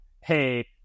hey